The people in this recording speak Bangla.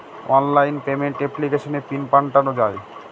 অনলাইন পেমেন্ট এপ্লিকেশনে পিন পাল্টানো যায়